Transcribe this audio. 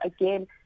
again